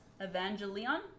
Evangelion